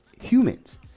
humans